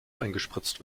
eingespritzt